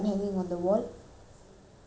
I only hand like [what] skipping rope